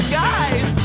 guys